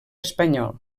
espanyol